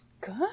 Good